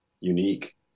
unique